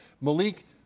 Malik